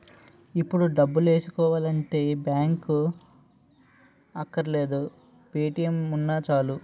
ఇప్పుడు డబ్బులేసుకోవాలంటే బాంకే అక్కర్లేదు పే.టి.ఎం ఉన్నా చాలు